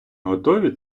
готові